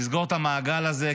לסגור את המעגל הזה,